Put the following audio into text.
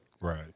right